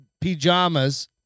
pajamas